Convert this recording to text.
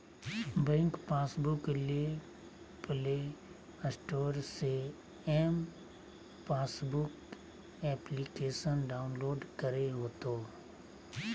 bank passbook ले play store से M passbook application download करे होतो